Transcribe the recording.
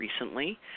recently